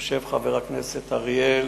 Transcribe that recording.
יושב חבר הכנסת אריאל,